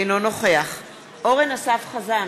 אינו נוכח אורן אסף חזן,